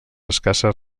escasses